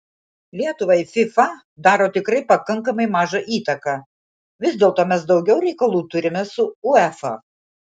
lietuvai fifa daro tikrai pakankamai mažą įtaką vis dėlto mes daugiau reikalų turime su uefa